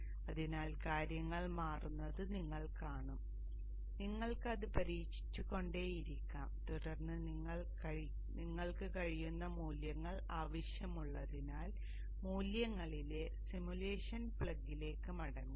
അതിനാൽ കാര്യങ്ങൾ മാറുന്നത് നിങ്ങൾ കാണും നിങ്ങൾക്ക് അത് പരീക്ഷിച്ചുകൊണ്ടേയിരിക്കാം തുടർന്ന് നിങ്ങൾക്ക് കഴിയുന്ന മൂല്യങ്ങൾ ആവശ്യമുള്ളതിനാൽ മൂല്യങ്ങളിലെ സിമുലേഷൻ പ്ലഗിലേക്ക് മടങ്ങുക